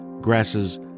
grasses